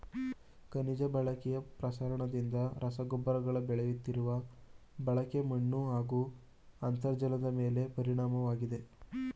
ಖನಿಜ ಬಳಕೆಯ ಪ್ರಸರಣದಿಂದ ರಸಗೊಬ್ಬರಗಳ ಬೆಳೆಯುತ್ತಿರುವ ಬಳಕೆ ಮಣ್ಣುಹಾಗೂ ಅಂತರ್ಜಲದಮೇಲೆ ಪರಿಣಾಮವಾಗಿದೆ